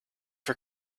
for